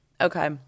Okay